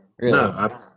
No